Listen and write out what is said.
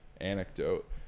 anecdote